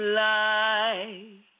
light